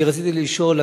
אני רציתי לשאול,